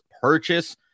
purchase